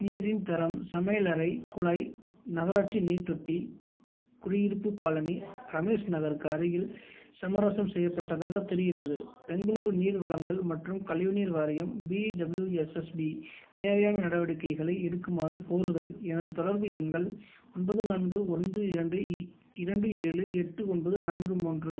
நீரின் தரம் சமையலறை குழாய் நகராட்சி நீர்த்தொட்டி குடியிருப்புக் காலனி ரமேஷ் நகருக்கு அருகில் சமரசம் செய்யப்பட்டதாகத் தெரிகிறது பெங்களூரு நீர் வழங்கல் மற்றும் கழிவுநீர் வாரியம் B W S S B தேவையான நடவடிக்கைகளை எடுக்குமாறு கோருதல் எனது தொடர்பு எண்கள் ஒன்பது நான்கு ஒன்று இரண்டு இ இரண்டு ஏழு எட்டு ஒன்பது நான்கு மூன்று